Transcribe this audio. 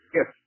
Yes